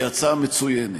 היא הצעה מצוינת.